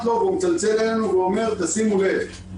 לו והוא מצלצל אלינו ואומר: שימו לב.